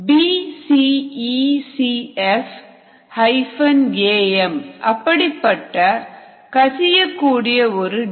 BCECF AM அப்படிப்பட்ட கசியக் கூடிய ஒரு டை